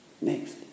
next